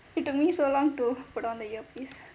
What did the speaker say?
it took me so long to put on the earpiece